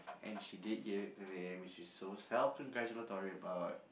and she did give it to me which is so self congratulatory about